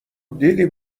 دیدی